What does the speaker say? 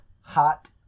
Hot